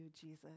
Jesus